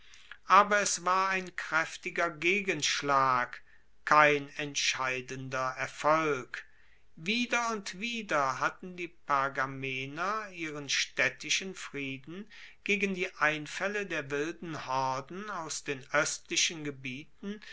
aber es war ein kraeftiger gegenschlag kein entscheidender erfolg wieder und wieder hatten die pergamener ihren staedtischen frieden gegen die einfaelle der wilden horden aus den oestlichen gebirgen